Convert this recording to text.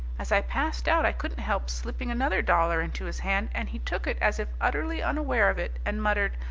as i passed out i couldn't help slipping another dollar into his hand, and he took it as if utterly unaware of it, and muttered,